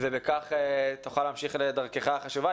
השר אלקין, ותוכל להמשיך לדרכך החשובה.